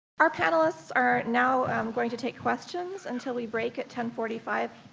our panelists are now um going to take questions until we break at ten forty five.